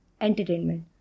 entertainment